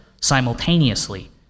simultaneously